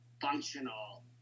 functional